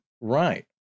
Right